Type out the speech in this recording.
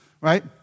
right